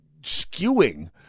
skewing